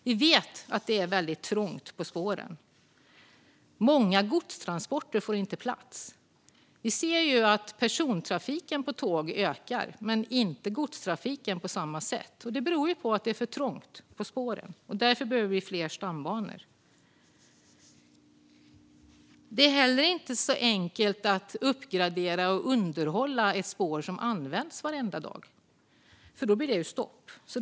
Vi vet att det är trångt på spåren. Många godstransporter får inte plats. Persontrafiken på tåg ökar, men det gör inte godstrafiken på samma sätt. Det beror på att det är för trångt på spåren. Därför behövs fler stambanor. Det är dessutom inte enkelt att uppgradera och underhålla spår som används varje dag. Då blir det stopp.